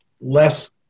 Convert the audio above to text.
less